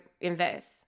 invest